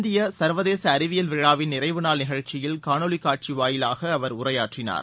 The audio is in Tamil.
இந்தியசர்வதேசஅறிவியல் விழாவின் நிறைவு நாள் நிகழ்ச்சியில் காணொலிகாட்சிவாயிலாகஅவர் உரையாற்றினார்